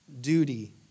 duty